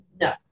No